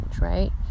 right